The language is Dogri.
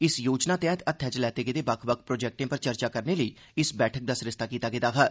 इस योजना तैह्त हत्थै च लैते गेदे बक्ख बक्ख प्रोजेक्टें पर चर्चा करने लेई इस बैठक दा सरिस्ता कीता गेदा हा